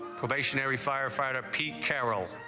firefighter pete carroll